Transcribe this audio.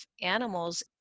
animals